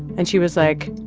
and she was like,